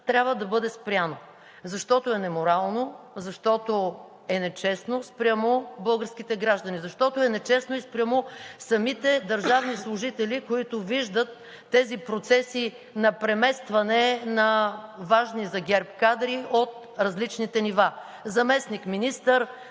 трябва да бъде спряно, защото е неморално, защото е нечестно спрямо българските граждани. Защото е нечестно и спрямо самите държавни служители, които виждат тези процеси на преместване на важни за ГЕРБ кадри от различните нива – заместник-министър